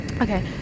Okay